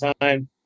time